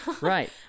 Right